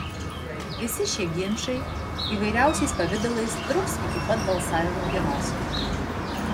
visi šie ginčai įvairiausiais pavidalais truks iki pat balsavimo dienos